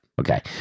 Okay